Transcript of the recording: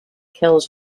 kills